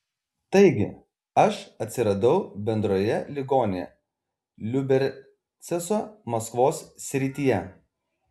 taigi aš atsiradau bendrojoje ligoninėje liubercuose maskvos srityje